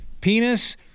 penis